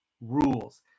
rules